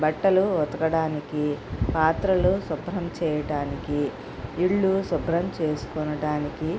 బట్టలు ఉతకడానికి పాత్రలు శుభ్రం చేయటానికి ఇళ్ళు శుభ్రం చేసుకొవటానికి